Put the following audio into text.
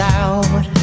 out